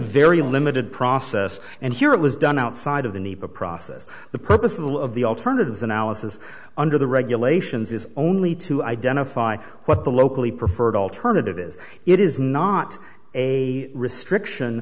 very limited process and here it was done outside of the need to process the purpose and all of the alternatives analysis under the regulations is only to identify what the locally preferred alternative is it is not a restriction